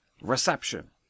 reception